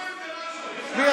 אז תעשו עם זה משהו, עם הקורונה.